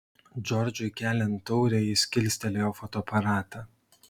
džordžui keliant taurę jis kilstelėjo fotoaparatą